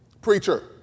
preacher